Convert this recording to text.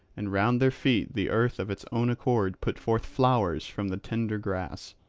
and round their feet the earth of its own accord put forth flowers from the tender grass.